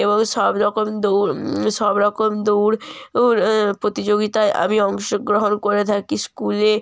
এবং সব রকম দৌড় সব রকম দৌড় প্রতিযোগিতায় আমি অংশগ্রহণ করে থাকি স্কুলে